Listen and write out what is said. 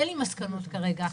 אין לי מסקנות סופיות כרגע.